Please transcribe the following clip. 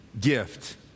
gift